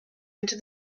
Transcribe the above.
into